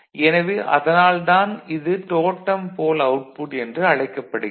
எனவே அதனால்தான் இது டோட்டம் போல் அவுட்புட் என்று அழைக்கப்படுகிறது